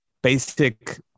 Basic